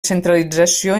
centralització